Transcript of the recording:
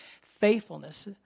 faithfulness